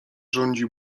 rządzi